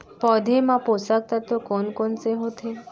पौधे मा पोसक तत्व कोन कोन से होथे?